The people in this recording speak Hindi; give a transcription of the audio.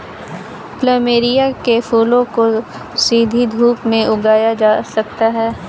प्लमेरिया के फूलों को सीधी धूप में उगाया जा सकता है